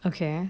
okay